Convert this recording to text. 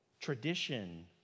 Tradition